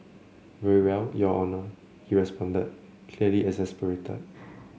very well your Honour he responded clearly exasperated